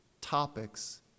topics